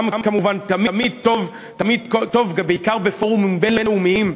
גם, כמובן, תמיד טוב, בעיקר בפורומים בין-לאומיים.